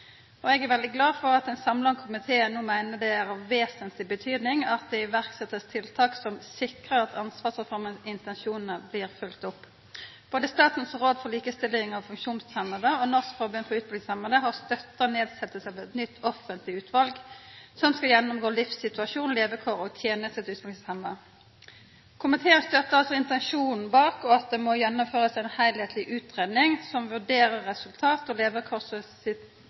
Eg er veldig glad for at ein samla komité no meiner det er av vesentleg betydning at det blir sett i verk tiltak som sikrar at ansvarsreformas intensjonar blir følgde opp. Både Statens råd for likestilling av funksjonshemmede og Norsk Forbund for Utviklingshemmede har støtta nedsetjing av eit nytt offentleg utval som skal gjennomgå livssituasjonen, levekåra og tenesta til utviklingshemma. Komiteen støttar altså intensjonen bak og at det må gjennomførast ei heilskapleg utgreiing som vurderer resultata av levekårssituasjonen for brukarar og